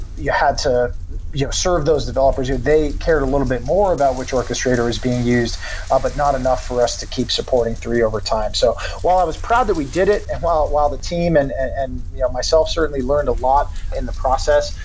you had to you know serve those developers who they cared a little bit more about which orchestrator is being used ah but not enough for us to keep supporting three over time so while i was proud that we did it and while while the team and and you know myself certainly learned a lot in the process,